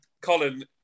Colin